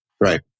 Right